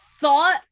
thought